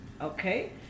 okay